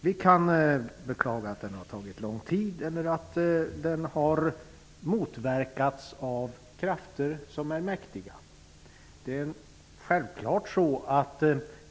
Man kan beklaga att den har tagit lång tid och att den har motverkats av mäktiga krafter.